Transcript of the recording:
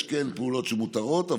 יש פעולות שמותרות,